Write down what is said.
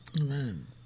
Amen